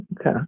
Okay